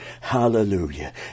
hallelujah